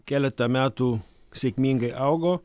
keletą metų sėkmingai augo